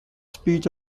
speech